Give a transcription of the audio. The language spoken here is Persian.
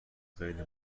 خیلی